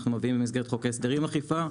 אנחנו מביאים במסגרת חוק ההסדרים אכיפה.